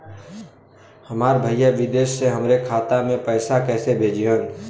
हमार भईया विदेश से हमारे खाता में पैसा कैसे भेजिह्न्न?